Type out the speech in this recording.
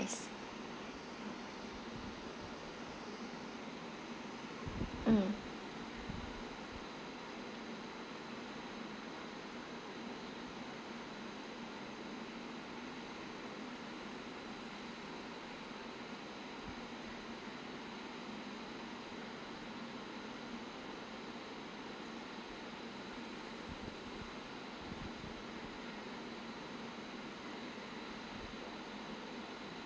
mm